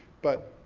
but,